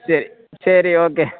ശരി ശരി ഓക്കെ